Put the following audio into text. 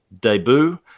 debut